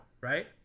Right